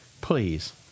please